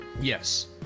Yes